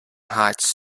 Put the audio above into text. heights